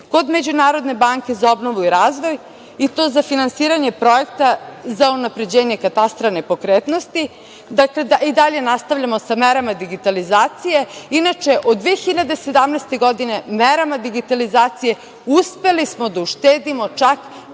kod Međunarodne banke za obnovu i razvoj i to za finansiranje projekta za unapređenje Katastra nepokretnosti. Dakle, i dalje nastavljamo sa merama digitalizacije. Inače, od 2017. godine merama digitalizacije uspeli smo da uštedimo čak